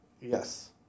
Yes